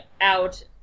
out